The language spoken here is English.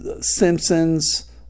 Simpsons